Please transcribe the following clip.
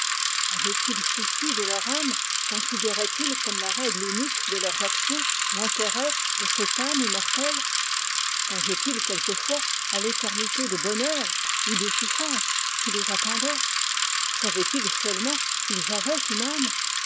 avaient-ils souci de leur âme considéraient ils comme la règle unique de leurs actions l'intérêt de cette âme immortelle songeaient ils quelquefois à l'éternité de bonheur ou de souffrance qui les attendait savaient ils seulement qu'ils avaient une âme